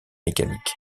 mécaniques